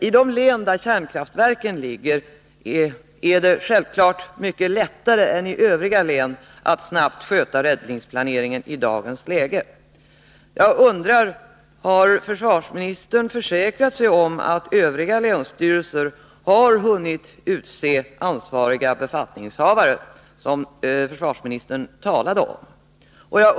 I de län där kärnkraftverken ligger är det i dagens läge självfallet mycket lättare än det är i övriga län att snabbt sköta räddningsplaneringen. Jag undrar: Har försvarsministern försäkrat sig om att de länsstyrelser som inte redan har personalberedskap har hunnit utse de ansvariga befattningshavare som försvarsministern nämnt?